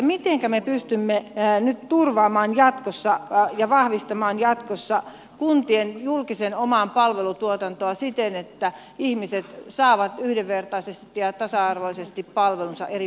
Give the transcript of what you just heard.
mitenkä me pystymme nyt turvaamaan ja vahvistamaan jatkossa kuntien julkista omaa palvelutuotantoa siten että ihmiset saavat yhdenvertaisesti ja tasa arvoisesti palvelunsa eri puolilla suomea